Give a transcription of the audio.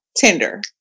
Tinder